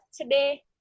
today